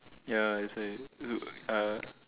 ya that's why look err